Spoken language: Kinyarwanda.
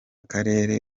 karere